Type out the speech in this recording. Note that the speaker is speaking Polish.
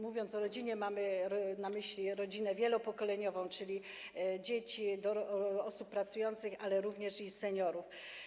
Mówiąc o rodzinie, mamy na myśli rodzinę wielopokoleniową, czyli dzieci, osoby pracujące, ale również seniorów.